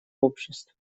обществ